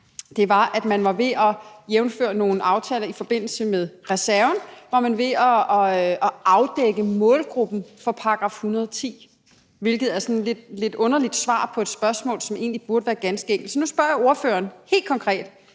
det, at man, jævnfør nogle aftaler i forbindelse med reserven, var ved at afdække målgruppen for § 110, hvilket er sådan et lidt underligt svar på et spørgsmål, som egentlig burde være ganske enkelt at svare på. Så nu spørger jeg ordføreren helt konkret: